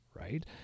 right